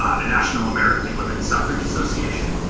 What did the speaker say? ah the national american women's suffrage association.